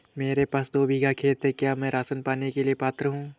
मेरे पास दो बीघा खेत है क्या मैं राशन पाने के लिए पात्र हूँ?